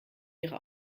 ihre